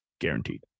guaranteed